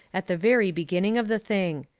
at the very beginning of the thing.